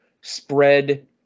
spread